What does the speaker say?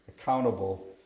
accountable